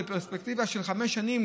בפרספקטיבה של חמש שנים,